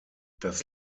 das